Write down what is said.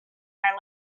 our